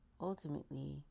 ultimately